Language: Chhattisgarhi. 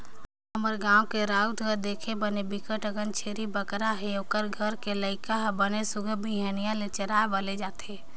हमर गाँव के राउत घर देख बने बिकट अकन छेरी बोकरा राखे हे, ओखर घर के लइका हर बने सुग्घर बिहनिया ले चराए बर ले जथे